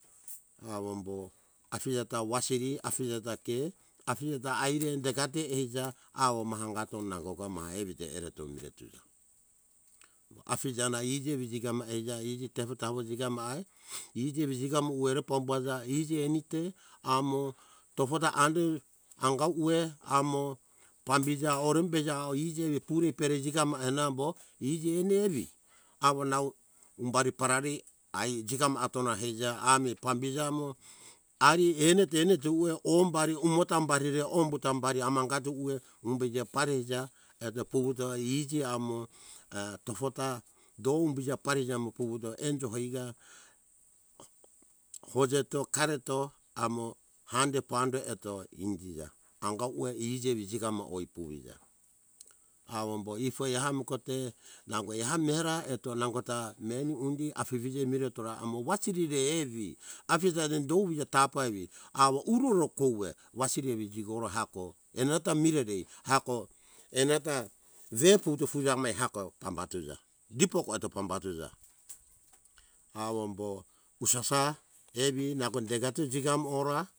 Awo ombo afije ta wasiri afije ta ke afije ta aire degate eija awo ma angato nangota mai evite ereto mire tuza mo afije na iji vi jigama eija iji tepo tapo jigama ai iji evu jigamu ere pambaza iji emi te amo tofo ta hande anga uwe amo pambiza orembeja au iji ve pure pere jegama ai nambo iji eni evi awo nau umbari parari ai jigama atona eiza ami pambiza mo ari enet - enet uwe ombari umo tambarire ombu tambari amangato uwe umbo ija pare eija eto puvuto iji amo err tofo ta do umbija parijamo puvuto enjo hoiga ojeto kareto amo hande pando eto indija anga uwai ijevi jigamo oi puvija awo ombo ifoi amu kote nango eha mera eto nangota meni undi afifije mire tora amo wasirire evi afija re dou vije tapa evi awo uroro kouve wasirire evi jigora hako enata mireri hako enata ve puto fuza me hako pambatuza mito koato pambatuza awo ombo usasa evi nango degato jigam ora